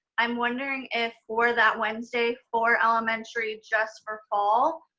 i'm wondering if for that wednesday, for elementary, just for fall,